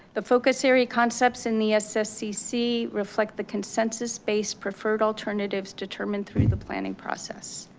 the focus area concepts in the sscc reflect the consensus based preferred alternatives determined through the planning process.